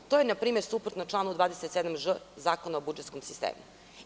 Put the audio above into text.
To je npr. suprotno članu 27ž Zakona o budžetskom sistemu.